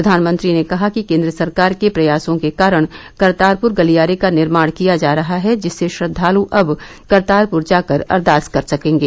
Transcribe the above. प्रधानमंत्री ने कहा कि केन्द्र सरकार के प्रयासों के कारण करतारपुर गलियारे का निर्माण किया जा रहा है जिससे श्रद्वालु अब करतारपुर जाकर अरदास कर सकेंगे